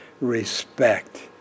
respect